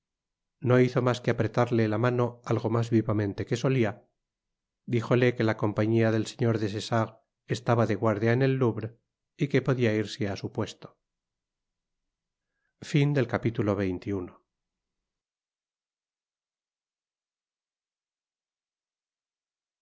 no hizo mas que apretarle la mano algo mas vivamente que salía díjole que la compañía del señor des essarts estaba de guardia en el louvre y que podía irse á su puesto